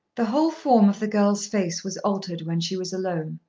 the whole form of the girl's face was altered when she was alone.